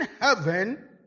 heaven